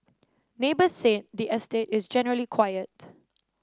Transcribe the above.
neighbours said the estate is generally quiet